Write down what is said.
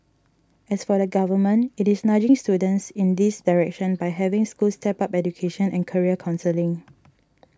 as for the Government it is nudging students in this direction by having schools step up education and career counselling